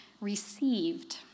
received